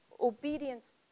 obedience